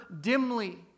dimly